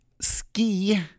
ski